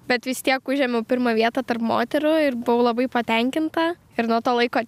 bet vis tiek užėmiau pirmą vietą tarp moterų ir buvau labai patenkinta ir nuo to laiko